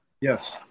Yes